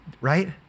right